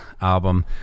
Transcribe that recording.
album